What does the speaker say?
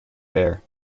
there